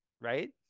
right